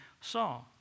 saw